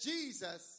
Jesus